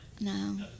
No